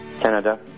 Canada